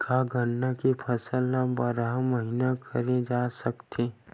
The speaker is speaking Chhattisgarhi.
का गन्ना के फसल ल बारह महीन करे जा सकथे?